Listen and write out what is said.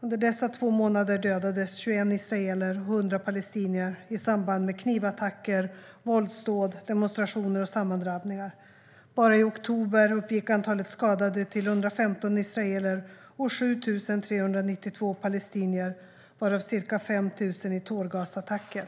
Under dessa två månader dödades 21 israeler och 100 palestinier i samband med knivattacker, våldsdåd, demonstrationer och sammandrabbningar. Bara i oktober uppgick antalet skadade till 115 israeler och 7 392 palestinier, varav ca 5 000 i tårgasattacker.